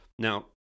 Now